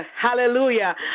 hallelujah